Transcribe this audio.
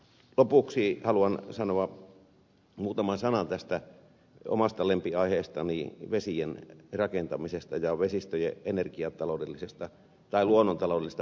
lopuksi haluan sanoa muutaman sanan omasta lempiaiheestani vesien rakentamisesta ja vesistöjen energiataloudellisesta tai luonnontaloudellisesta merkityksestä